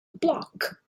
block